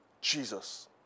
Jesus